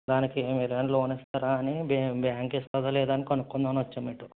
దానికి మీరు ఏమన్నా లోన్ ఇస్తారా అని బ్యాంక్ ఇస్తుందో లేదో అని కనుక్కుందాం అని వచ్చాను ఇటు